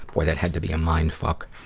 boy, that had to be a mindfuck.